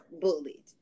bullied